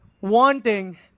wanting